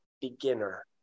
beginner